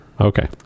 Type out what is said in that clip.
Okay